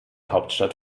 hauptstadt